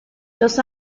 los